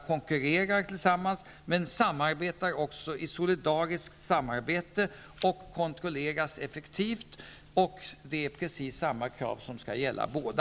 Men de samarbetar också solidariskt och kontrolleras effektivt. Samma krav skall gälla för båda.